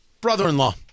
Brother-in-law